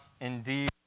indeed